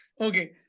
Okay